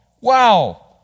Wow